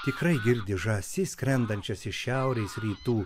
tikrai girdi žąsis skrendančias iš šiaurės rytų